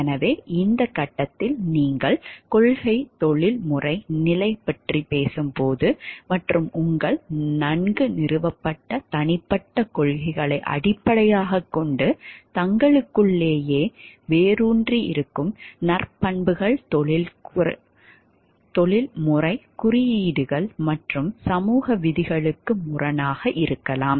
எனவே இந்த கட்டத்தில் நீங்கள் கொள்கை தொழில்முறை நிலை பற்றி பேசும் போது மற்றும் உங்கள் நன்கு நிறுவப்பட்ட தனிப்பட்ட கொள்கைகளை அடிப்படையாகக் கொண்டு தனக்குள்ளேயே வேரூன்றியிருக்கும் நற்பண்புகள் தொழில்முறை குறியீடுகள் மற்றும் சமூக விதிகளுக்கும் முரணாக இருக்கலாம்